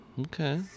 Okay